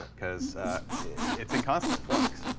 cause it's in constant flux.